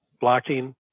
blocking